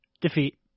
defeat